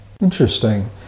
Interesting